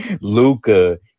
Luca